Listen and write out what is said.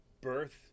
birth